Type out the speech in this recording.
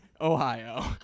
Ohio